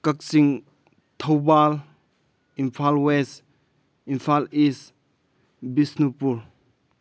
Kakching Thoubal Imphal west Imphal east Bishnupur